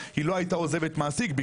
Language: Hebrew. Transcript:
היא לא הייתה עוזבת מעסיק.